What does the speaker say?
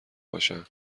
باشن